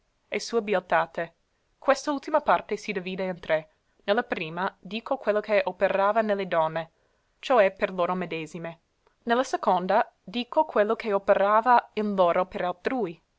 e sua bieltate questa ultima parte si divide in tre ne la prima dico quello che operava ne le donne cio è per loro medesime ne la seconda dico quello che operava in loro per altrui